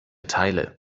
teile